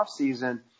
offseason